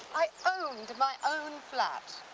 i owned my own flat.